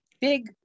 big